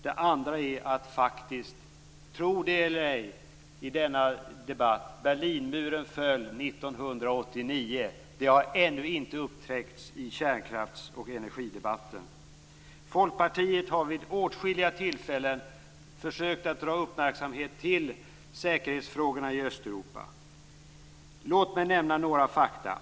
Det andra är faktiskt - tro det eller ej i denna debatt - att Berlinmurens fall 1989 ännu inte har upptäckts i kärnkrafts och energidebatten. Folkpartiet har vid åtskilliga tillfällen försökt att dra uppmärksamhet till säkerhetsfrågorna i Östeuropa. Låt mig nämna några fakta.